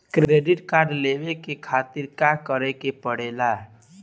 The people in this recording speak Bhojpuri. क्रेडिट कार्ड लेवे के खातिर का करेके पड़ेला?